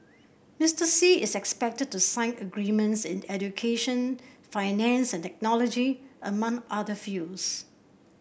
Mister Xi is expected to sign agreements in education finance and technology among other fields